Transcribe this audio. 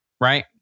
Right